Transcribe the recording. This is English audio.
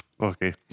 Okay